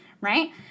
right